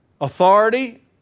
authority